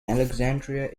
alexandria